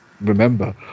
remember